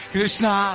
Krishna